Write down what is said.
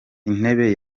intebe